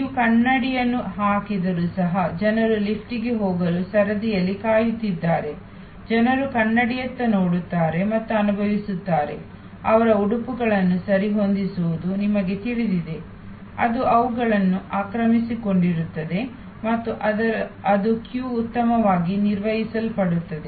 ನೀವು ಕನ್ನಡಿಯನ್ನು ಹಾಕಿದರೂ ಸಹ ಜನರು ಲಿಫ್ಟಿನಲ್ಲಿ ಹೋಗಲು ಸರದಿಯಲ್ಲಿ ಕಾಯುತ್ತಿದ್ದರೆ ಜನರು ಕನ್ನಡಿಯತ್ತ ನೋಡುತ್ತಾರೆ ಮತ್ತು ಅನುಭವಿಸುತ್ತಾರೆ ಅವರ ಉಡುಪುಗಳನ್ನು ಸರಿಹೊಂದಿಸುವುದು ನಿಮಗೆ ತಿಳಿದಿದೆ ಅದು ಅವುಗಳನ್ನು ಆಕ್ರಮಿಸಿಕೊಂಡಿರುತ್ತದೆ ಮತ್ತು ಅದು ಸರದಿ ಉತ್ತಮವಾಗಿ ನಿರ್ವಹಿಸಲ್ಪಡುತ್ತದೆ